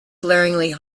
glaringly